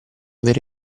vere